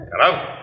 Hello